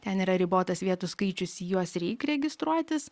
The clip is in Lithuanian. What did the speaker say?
ten yra ribotas vietų skaičius į juos reik registruotis